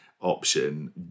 option